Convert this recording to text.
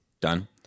done